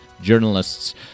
Journalists